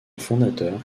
fondateur